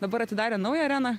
dabar atidarė naują areną